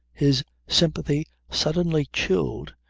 his sympathy suddenly chilled,